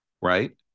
right